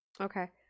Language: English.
Okay